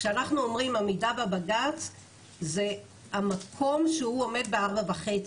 כשאנחנו אומרים 'עמידה בבג"צ' זה המקום שהוא עומד ב-4.5.